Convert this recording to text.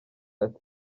ati